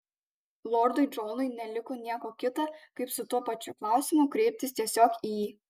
lordui džonui neliko nieko kita kaip su tuo pačiu klausimu kreiptis tiesiog į jį